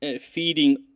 feeding